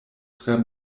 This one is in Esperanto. tre